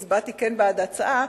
כן הצבעתי בעד ההצעה,